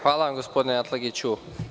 Hvala vam, gospodine Atlagiću.